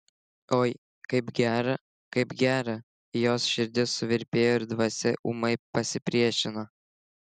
oi kaip gera kaip gera jos širdis suvirpėjo ir dvasia ūmai pasipriešino